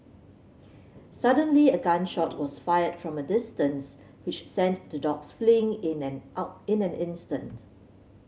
suddenly a gun shot was fired from a distance which sent the dogs fleeing in an out in an instant